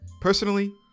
Personally